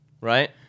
Right